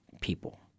people